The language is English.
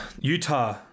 Utah